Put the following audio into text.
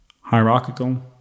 hierarchical